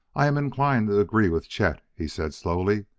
i am inclined to agree with chet, he said slowly.